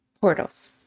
portals